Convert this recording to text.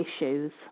issues